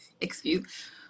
excuse